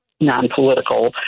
non-political